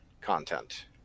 content